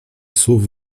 słów